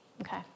Okay